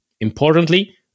Importantly